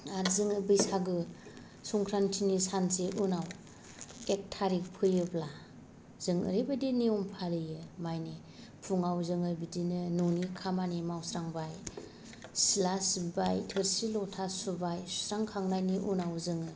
आरो जोङो बैसागु संख्रान्थिनि सानसे उनाव एक तारिक फैयोब्ला जों ओरैबायदि नियम फालियो माने फुंआव जोङो बिदिनो न'नि खामानि मावस्रांबाय सिला सिब्बाय थोरसि लथा सुबाय सुस्रांखांनायनि उनाव जोङो